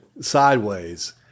sideways